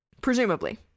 presumably